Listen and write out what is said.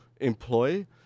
employ